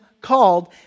called